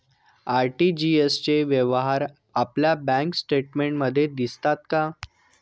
RTGS चे व्यवहार आपल्या बँक स्टेटमेंटमध्ये दिसतात का?